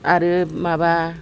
आरो माबा